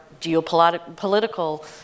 geopolitical